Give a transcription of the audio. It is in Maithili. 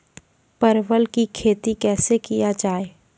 परवल की खेती कैसे किया जाय?